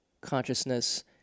consciousness